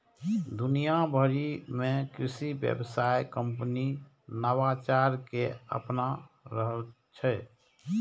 दुनिया भरि मे कृषि व्यवसाय कंपनी नवाचार कें अपना रहल छै